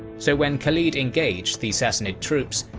so when khalid engaged the sassanid troops,